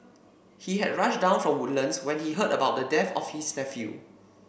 he had rushed down from Woodlands when he heard about the death of his nephew